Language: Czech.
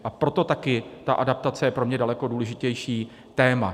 A proto taky ta adaptace je pro mě daleko důležitější téma.